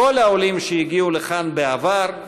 לכל העולים שהגיעו לכאן בעבר,